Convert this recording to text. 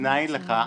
מנין לך?